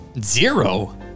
Zero